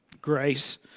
Grace